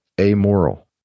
amoral